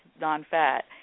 non-fat –